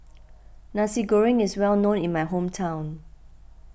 Nasi Goreng is well known in my hometown